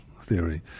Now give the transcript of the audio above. theory